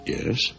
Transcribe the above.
Yes